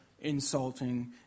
insulting